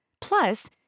Plus